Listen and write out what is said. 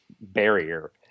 barrier